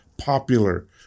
popular